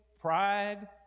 pride